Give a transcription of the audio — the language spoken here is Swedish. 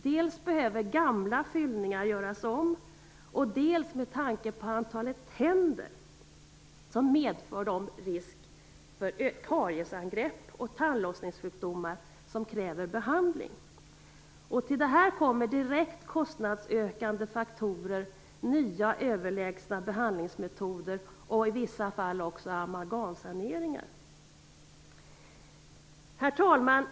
Dels behöver gamla fyllningar göras om, dels finns - med tanke på antalet tänder - risken för kariesangrepp och tandlossningssjukdomar som kräver behandling. Till detta kommer direkt kostnadsökande faktorer, nya överlägsna behandlingsmetoder och i vissa fall också amalgamsaneringar. Herr talman!